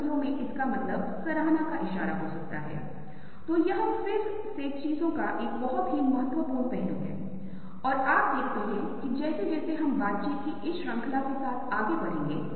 इनमें से कई सवालों के जवाब में आपके पास इसका जवाब नहीं हो सकता है न केवल इसलिए कि आपने इसे थोड़ी देर के लिए देखा बल्कि इसलिए कि आप देखते हैं कि अगर आप इसे लंबे समय तक देखते हैं तो आप इसमें भाग लेंगे